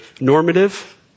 normative